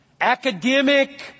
academic